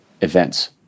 events